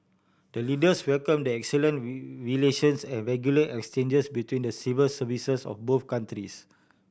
the Leaders welcomed the excellent relations and regular exchanges between the civil services of both